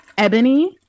Ebony